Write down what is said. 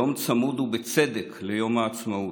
יום צמוד, ובצדק, ליום העצמאות.